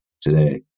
today